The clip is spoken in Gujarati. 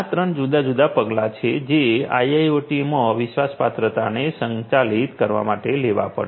આ ત્રણ જુદા જુદા પગલાં છે જે આઈઆઈઓટી માં વિશ્વાસપાત્રતાને સંચાલિત કરવા માટે લેવા પડશે